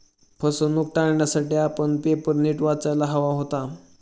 फसवणूक टाळण्यासाठी आपण पेपर नीट वाचायला हवा होता